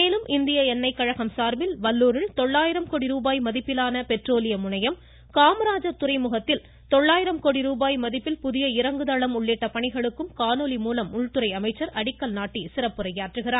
மேலும் இந்திய எண்ணெய் கழகம் சார்பில் வல்லூரில் தொள்ளாயிரம் கோடி ரூபாய் மதிப்பிலான பெட்ரோலிய முனையம் காமராஜர் துறைமுகத்தில் தொள்ளாாயிரம் கோடிரூபாய் மதிப்பில் புதிய இறங்குதளம் உள்ளிட்ட பணிகளுக்கும் காணொலி மூலம் அடிக்கல் நாட்டி சிறப்புரையாற்றுகிறார்